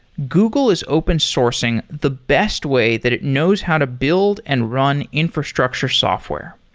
google is open sourcing the best way that it knows how to build and run infrastructure software.